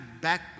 back